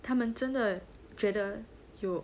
他们真的觉得有